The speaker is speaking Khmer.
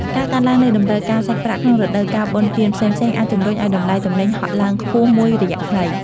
ការកើនឡើងនៃតម្រូវការសាច់ប្រាក់ក្នុងរដូវកាលបុណ្យទានផ្សេងៗអាចជម្រុញឱ្យតម្លៃទំនិញហក់ឡើងខ្ពស់មួយរយៈខ្លី។